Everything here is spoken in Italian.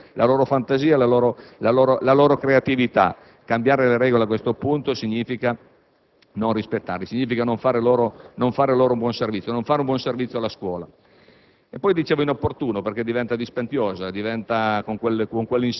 hanno bisogno di regole chiare e certe su cui adattare la loro libertà, la loro fantasia e la loro creatività. Cambiare le regole a questo punto significa non rispettarli, significa non rendere loro un buon servizio e non rendere un buon servizio alla scuola.